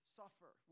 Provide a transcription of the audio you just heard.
suffer